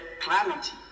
clarity